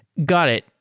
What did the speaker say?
got it.